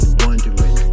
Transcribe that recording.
wondering